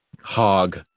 Hog